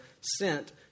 sent